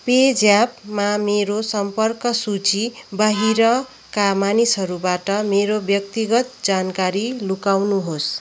पेज्यापमा मेरो सम्पर्क सूची बाहिरका मानिसहरूबाट मेरो व्यक्तिगत जानकारी लुकाउनुहोस्